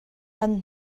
kaan